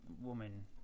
woman